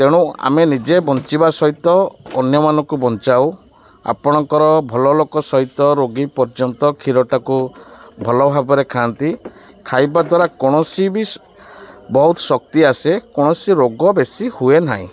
ତେଣୁ ଆମେ ନିଜେ ବଞ୍ଚିବା ସହିତ ଅନ୍ୟମାନଙ୍କୁ ବଞ୍ଚାଉ ଆପଣଙ୍କର ଭଲ ଲୋକ ସହିତ ରୋଗୀ ପର୍ଯ୍ୟନ୍ତ କ୍ଷୀରଟାକୁ ଭଲ ଭାବରେ ଖାଆନ୍ତି ଖାଇବା ଦ୍ୱାରା କୌଣସି ବି ବହୁତ ଶକ୍ତି ଆସେ କୌଣସି ରୋଗ ବେଶୀ ହୁଏ ନାହିଁ